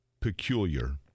peculiar